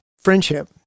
friendship